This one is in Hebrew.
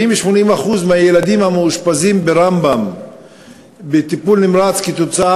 70% 80% מהילדים המאושפזים בטיפול נמרץ בבית-החולים